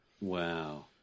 Wow